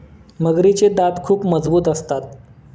मगरीचे दात खूप मजबूत असतात